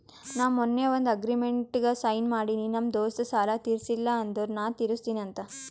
ನಾ ಮೊನ್ನೆ ಒಂದ್ ಅಗ್ರಿಮೆಂಟ್ಗ್ ಸೈನ್ ಮಾಡಿನಿ ನಮ್ ದೋಸ್ತ ಸಾಲಾ ತೀರ್ಸಿಲ್ಲ ಅಂದುರ್ ನಾ ತಿರುಸ್ತಿನಿ ಅಂತ್